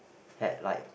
had like